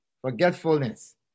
Forgetfulness